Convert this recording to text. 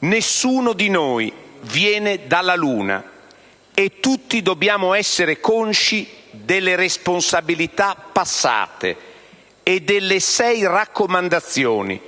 Nessuno di noi viene dalla luna e tutti dobbiamo essere consci delle responsabilità passate e delle sei raccomandazioni